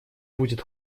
будет